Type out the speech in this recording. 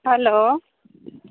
hello